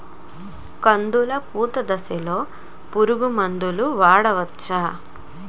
కందులు పూత దశలో పురుగు మందులు వాడవచ్చా?